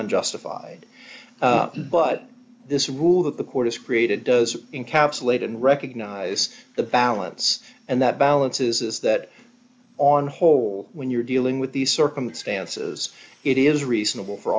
unjustified but this rule that the court has created does in capsulated recognize the balance and that balances that on whole when you're dealing with these circumstances it is reasonable for